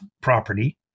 property